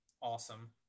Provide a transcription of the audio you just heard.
Awesome